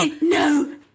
No